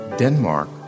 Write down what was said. Denmark